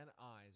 eyes